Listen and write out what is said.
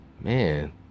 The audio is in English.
man